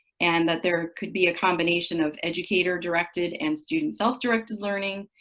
and that there could be a combination of educator-directed and student self-directed learning.